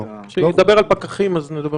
כשהוא ידבר על פקחים אז נדבר על פקחים.